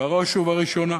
בראש ובראשונה.